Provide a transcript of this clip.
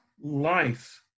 life